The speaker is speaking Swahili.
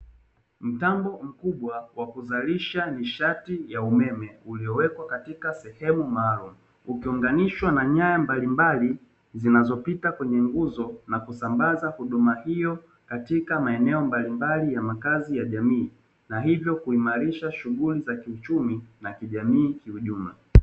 Mtambo mkubwa wa kuzalisha nishati ya umeme, uliowekwa katika sehemu maalumu. Ukiunganishwa na nyaya mbalimbali zinazopita kwenye nguzo na kusambaza huduma hiyo katika maeneo mbalimbali ya makazi ya jamii. Na hivyo kuimarisha shughuli za kiuchumi na kijamii kiujumla.